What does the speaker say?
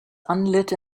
unlit